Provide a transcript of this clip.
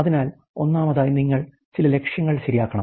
അതിനാൽ ഒന്നാമതായി നിങ്ങൾ ചില ലക്ഷ്യങ്ങൾ ശരിയാക്കണം